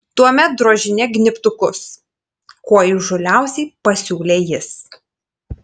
tuomet drožinėk gnybtukus kuo įžūliausiai pasiūlė jis